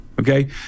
okay